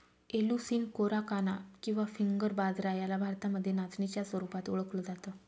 Eleusine कोराकाना किंवा finger बाजरा याला भारतामध्ये नाचणीच्या स्वरूपात ओळखल जात